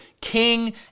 king